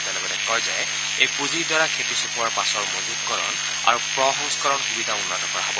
তেওঁ লগতে কয় যে এই পুঁজিৰ দ্বাৰা খেতি চপোৱাৰ পাছত মজুতকৰণ আৰু প্ৰ সংস্থৰণ সুবিধা উন্নত কৰা হব